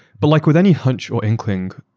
but like with any hunch or inkling,